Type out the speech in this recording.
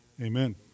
amen